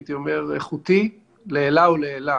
הייתי אומר, איכותי, לעילא ולעילא